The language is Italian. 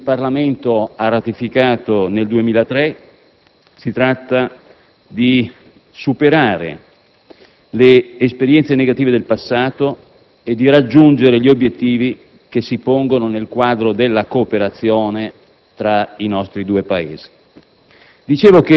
e che il Parlamento ha ratificato nel 2003. Si tratta di superare le esperienze negative del passato e di raggiungere gli obiettivi che si pongono nel quadro della cooperazione tra i nostri due Paesi.